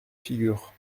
figure